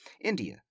India